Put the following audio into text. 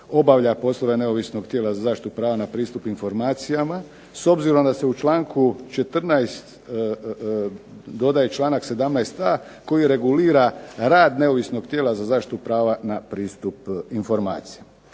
obavlja poslove neovisnog tijela za zaštitu prava na pristup informacijama. S obzirom da se u članku 14. dodaje članak 17.a koji regulira rad neovisnog tijela za zaštitu prava na pristup informacijama.